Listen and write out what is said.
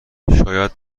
شاید